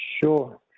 Sure